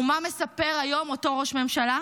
ומה מספר היום אותו ראש ממשלה?